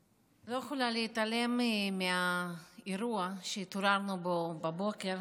אני לא יכולה להתעלם מהאירוע שהתעוררנו אליו בבוקר.